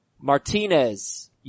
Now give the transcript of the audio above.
Martinez